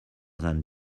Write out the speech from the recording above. than